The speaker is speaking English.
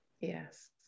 Yes